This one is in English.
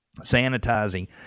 Sanitizing